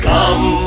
Come